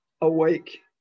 awake